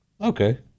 okay